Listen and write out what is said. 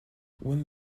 when